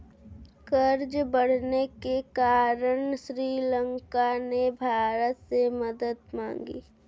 कर्ज बढ़ने के कारण श्रीलंका ने भारत से मदद मांगी